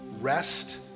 rest